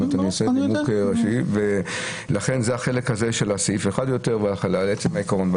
זה החלק של סעיף 1 ועל עצם העיקרון.